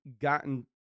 gotten